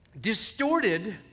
distorted